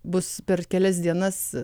bus per kelias dienas